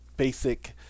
basic